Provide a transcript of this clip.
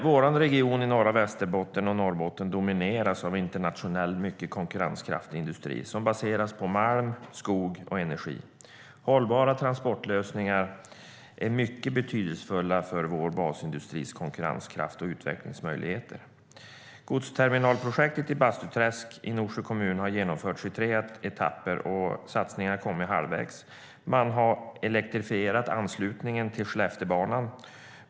Vår region - norra Västerbotten och Norrbotten - domineras av internationellt mycket konkurrenskraftig industri som baseras på malm, skog och energi. Hållbara transportlösningar är mycket betydelsefulla för vår basindustris konkurrenskraft och utvecklingsmöjligheter. Godsterminalprojektet i Bastuträsk i Norsjö kommun har genomförts i tre etapper, och satsningen har kommit halvvägs. Man har elektrifierat anslutningen till Skelleftebanan.